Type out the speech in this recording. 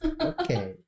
Okay